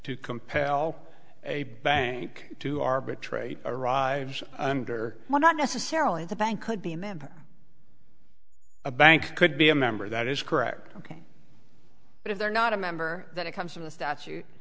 to compel a bank to arbitrate arrives under what not necessarily the bank could be a member a bank could be a member that is correct ok but if they're not a member then it comes from the statute